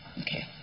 Okay